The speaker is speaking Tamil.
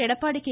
எடப்பாடி கே